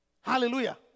Hallelujah